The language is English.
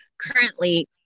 currently